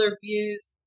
views